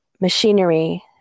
machinery